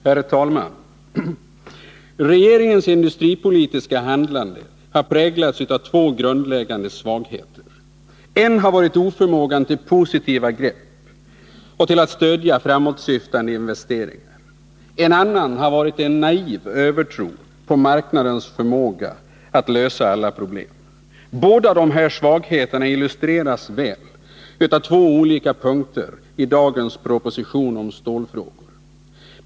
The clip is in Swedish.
Herr talman! Regeringens industripolitiska handlande har präglats av två grundläggande svagheter. En har varit oförmågan att ta positiva grepp och stödja framåtsyftande investeringar. En annan har varit en naiv övertro på marknadens förmåga att lösa alla problem. Båda dessa svagheter illustreras väl av två olika punkter i dagens proposition om stålfrågor.